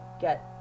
get